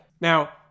Now